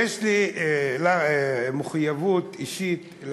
יש לי מחויבות אישית: